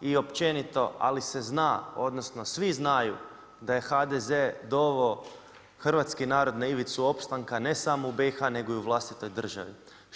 i općenito, ali se zna, odnosno svi znaju da je HDZ doveo hrvatski narod na ivicu opstanka ne samo u BiH nego i u vlastitoj državi.